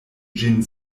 ĝin